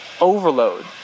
overload